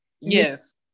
Yes